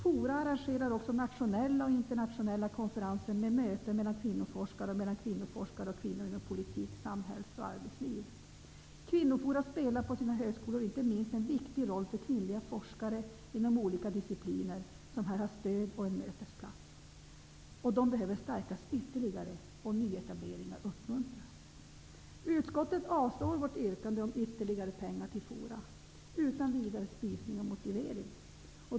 Forum arrangerar också nationella och internationella konferenser med möten mellan kvinnoforskare och mellan kvinnoforskare och kvinnor inom politik, samhälls och arbetsliv. Kvinnoforum spelar på sina högskolor inte minst en viktig roll för kvinnliga forskare inom olika discipliner, som här har stöd och en mötesplats. De behöver stärkas ytterligare och nyetableringar bör uppmuntras. Utskottet avstyrker vårt yrkande om ytterligare pengar till forum utan vidare spisning och motivering.